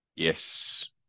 Yes